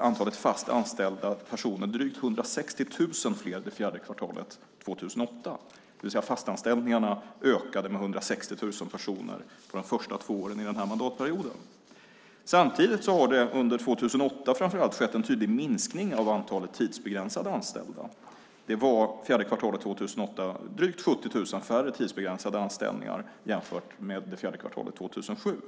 antalet fast anställda personer drygt 160 000 fler det fjärde kvartalet 2008. De fasta anställningarna ökade med 160 000 personer under de första två åren av denna mandatperiod. Samtidigt har det under framför allt 2008 skett en tydlig minskning av antalet tidsbegränsade anställda. Det var fjärde kvartalet 2008 drygt 70 000 färre tidsbegränsade anställningar jämfört med fjärde kvartalet 2007.